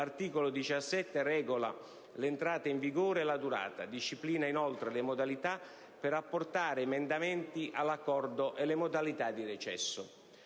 L'articolo 17 regola l'entrata in vigore e la durata; disciplina inoltre le modalità per apportare emendamenti all'Accordo e le modalità di recesso.